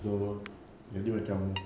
so jadi macam